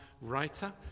writer